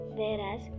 whereas